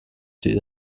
die